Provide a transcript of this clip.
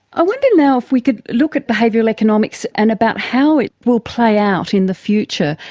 i wonder now if we could look at behavioural economics and about how it will play out in the future,